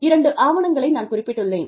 இரண்டு ஆவணங்களை நான் குறிப்பிட்டுள்ளேன்